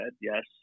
yes